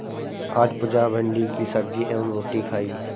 आज पुजा भिंडी की सब्जी एवं रोटी खाई